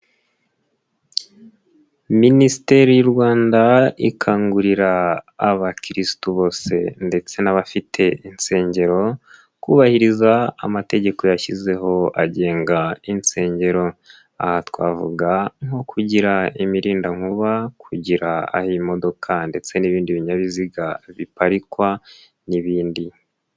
Minisiteri y'u Rwanda ikangurira abakirisitu bose ndetse n'abafite insengero kubahiriza amategeko yashyizeho agenga insengero, aha twavuga nko kugira imirindankuba, kugira aho imodoka ndetse n'ibindi binyabiziga biparikwa n'ibindi.